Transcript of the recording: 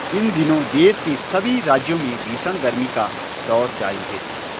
इन दिनों देश के सभी राज्यों में भीषण गर्मी का दौर जारी है